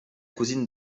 cousine